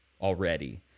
already